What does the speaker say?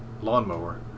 lawnmower